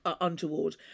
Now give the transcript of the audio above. untoward